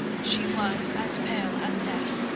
she was as pale as death,